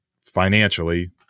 financially